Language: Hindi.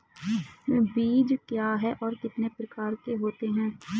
बीज क्या है और कितने प्रकार के होते हैं?